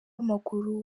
w’amaguru